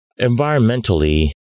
Environmentally